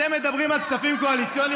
אתם מדברים על כספים קואליציוניים,